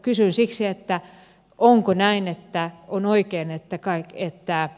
kysyn siksi onko näin että on oikein että kai tietää